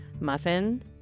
muffin